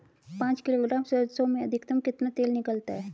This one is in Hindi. पाँच किलोग्राम सरसों में अधिकतम कितना तेल निकलता है?